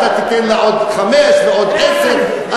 אתה תיתן לה עוד חמש ועוד עשר.